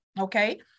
okay